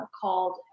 called